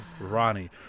Ronnie